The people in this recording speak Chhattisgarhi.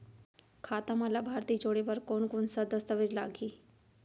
खाता म लाभार्थी जोड़े बर कोन कोन स दस्तावेज लागही?